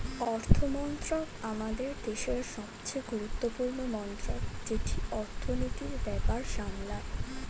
অর্থমন্ত্রক আমাদের দেশের সবচেয়ে গুরুত্বপূর্ণ মন্ত্রক যেটি অর্থনীতির ব্যাপার সামলায়